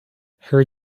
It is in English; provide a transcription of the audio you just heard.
her